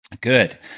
Good